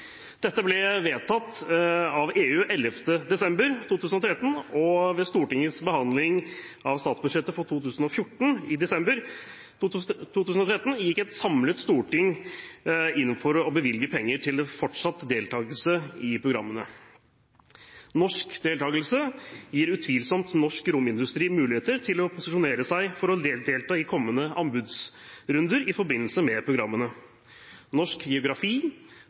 Dette ble vedtatt av EU 11. desember 2013, og ved Stortingets behandling av statsbudsjettet for 2014 i desember 2013 gikk et samlet storting inn for å bevilge penger til fortsatt deltakelse i programmene. Norsk deltakelse gir utvilsomt norsk romindustri muligheter til å posisjonere seg for å delta i kommende anbudsrunder i forbindelse med programmene. Norsk geografi,